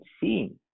seeing